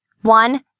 One